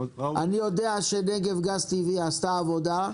אני יודע שנגב גז טבעי עשתה עבודה,